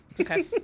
Okay